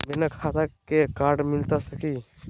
बिना खाता के कार्ड मिलता सकी?